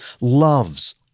loves